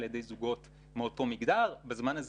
על-ידי זוגות מאותו מגדר בזמן הזה